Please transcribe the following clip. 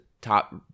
top